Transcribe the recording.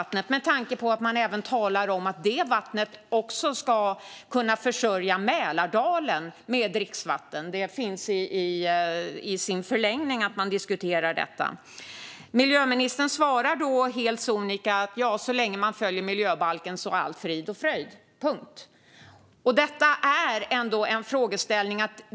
Jag har frågat med tanke på att man även talar om att Vättern också ska kunna försörja Mälardalen med dricksvatten. I förlängningen finns en diskussion om detta med. Miljöministern svarade då helt sonika att så länge man följer miljöbalken är allt frid och fröjd - punkt. Det här är ändå en frågeställning.